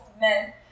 men